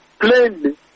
plainly